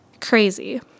crazy